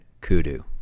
kudu